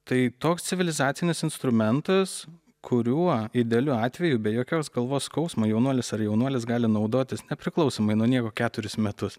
tai toks civilizacinis instrumentas kuriuo idealiu atveju be jokios galvos skausmo jaunuolis ar jaunuolės gali naudotis nepriklausomai nuo nieko keturis metus